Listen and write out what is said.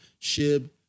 SHIB